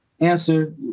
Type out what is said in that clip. answer